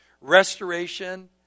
restoration